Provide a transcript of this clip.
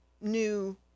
new